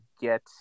get